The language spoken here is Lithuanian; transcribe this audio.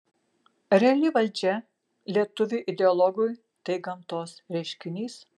reali valdžia lietuviui ideologui tai gamtos reiškinys